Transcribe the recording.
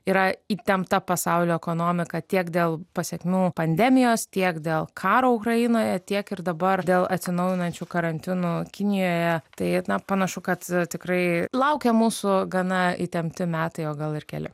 yra įtempta pasaulio ekonomika tiek dėl pasekmių pandemijos tiek dėl karo ukrainoje tiek ir dabar dėl atsinaujinančių karantinų kinijoje tai panašu kad tikrai laukia mūsų gana įtempti metai o gal ir keli